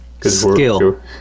Skill